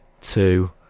two